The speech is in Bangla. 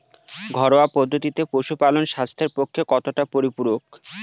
ঘরোয়া পদ্ধতিতে পশুপালন স্বাস্থ্যের পক্ষে কতটা পরিপূরক?